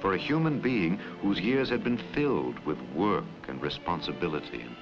for a human being whose years have been filled with work and responsibility